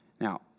Now